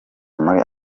muri